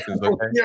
Okay